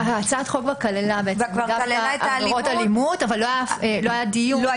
הצעת החוק כללה את עבירות האלימות אבל לא היה דיון.